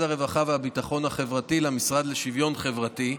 הרווחה והביטחון החברתי למשרד לשוויון חברתי: